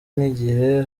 n’igihe